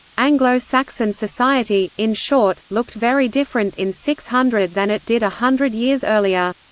anglo-saxon society, in short, looked very different in six hundred than it did a hundred years earlier.